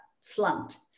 slumped